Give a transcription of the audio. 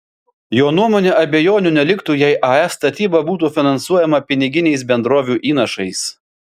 jo nuomone abejonių neliktų jei ae statyba būtų finansuojama piniginiais bendrovių įnašais